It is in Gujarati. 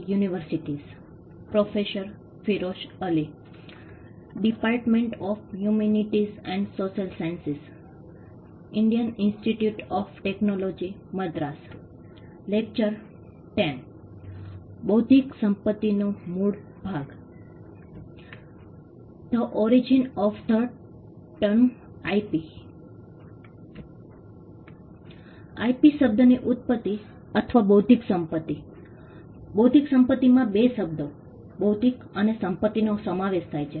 IP શબ્દની ઉત્પત્તિ અથવા બૌદ્ધિક સંપત્તિ બૌદ્ધિક સંપત્તિમાં બે શબ્દો બૌદ્ધિક અને સંપત્તિનો સમાવેશ થાય છે